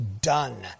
done